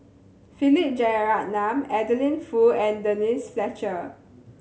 Philip Jeyaretnam Adeline Foo and Denise Fletcher